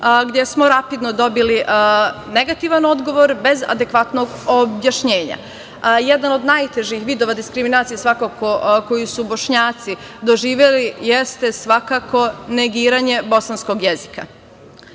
gde smo rapidno dobili negativan odgovor, bez adekvatnog objašnjenja. Jedan od najtežih vidova diskriminacije koju su Bošnjaci doživeli jeste negiranje bosanskog jezika. Dakle,